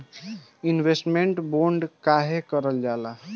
Investment bond काहे कारल जाला?